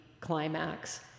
climax